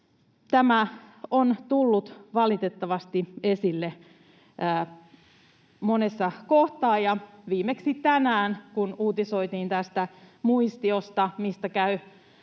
Tämä on tullut valitettavasti esille monessa kohtaa — viimeksi tänään, kun uutisoitiin tästä muistiosta